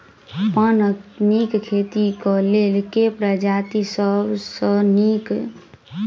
पानक नीक खेती केँ लेल केँ प्रजाति सब सऽ नीक?